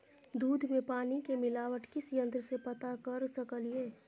दूध में पानी के मिलावट किस यंत्र से पता कर सकलिए?